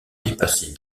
dépasser